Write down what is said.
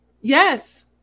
Yes